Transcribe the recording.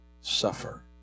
suffer